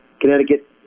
Connecticut